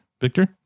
Victor